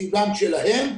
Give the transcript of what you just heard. תקציבם שלהם,